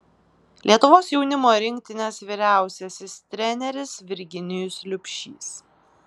lietuvos jaunimo rinktinės vyriausiasis treneris virginijus liubšys